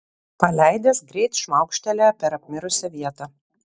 paleidęs greit šmaukštelėjo per apmirusią vietą